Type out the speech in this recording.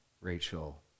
Rachel